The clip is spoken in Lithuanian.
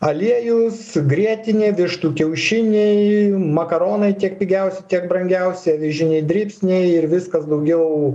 aliejus grietinė vištų kiaušiniai makaronai tiek pigiausi tiek brangiausi avižiniai dribsniai ir viskas daugiau